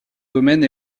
domaine